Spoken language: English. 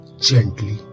gently